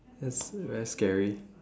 that's that's scary